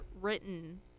written